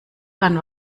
dann